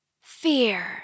Fear